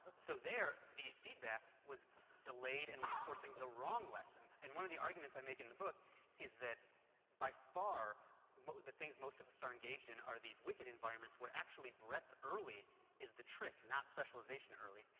so there, the feedback was delayed and reinforcing the wrong lesson. and one of the arguments i make in the book is that by far the things most of us are engaged in are these wicked environment where actually breath early is the trick, not specialization early.